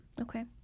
Okay